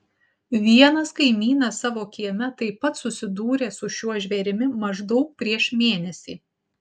vienas kaimynas savo kieme taip pat susidūrė su šiuo žvėrimi maždaug prieš mėnesį